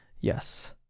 Yes